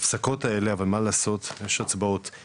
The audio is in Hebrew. (הישיבה נפסקה בשעה 13:00 ונתחדשה בשעה 13:05.)